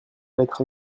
lettre